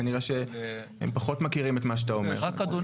כנראה שהם פחות מכירים את מה שאתה אומר.